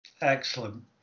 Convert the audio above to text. Excellent